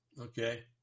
Okay